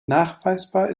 nachweisbar